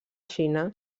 xina